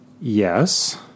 Yes